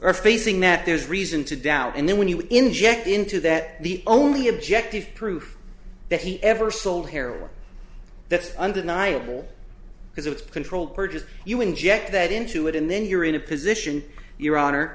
are facing that there is reason to doubt and then when you inject into that the only objective proof that he ever sold carol that's undeniable because it's controlled purchased you inject that into it and then you're in a position your honor